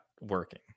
working